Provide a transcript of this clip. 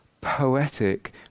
poetic